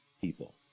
people